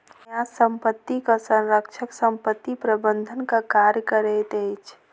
न्यास संपत्तिक संरक्षक संपत्ति प्रबंधनक कार्य करैत अछि